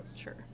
Sure